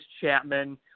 Chapman